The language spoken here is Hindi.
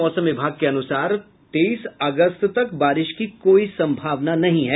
मौसम विभाग के अनुसार तेईस अगस्त तक बारिश की कोई संभावना नहीं है